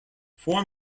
four